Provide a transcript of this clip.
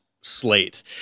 slate